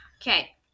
okay